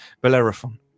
Bellerophon